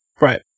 Right